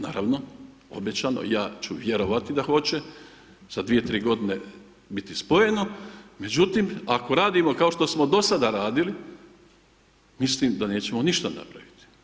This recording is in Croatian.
Naravno, obećano ja ću vjerovati da hoće za 2, 3 godine biti spojeno, međutim ako radimo kao što smo do sada radili mislim da nećemo ništa napraviti.